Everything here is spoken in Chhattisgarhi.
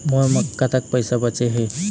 मोर म कतक पैसा बचे हे?